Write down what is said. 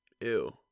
ew